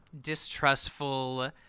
distrustful